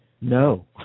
no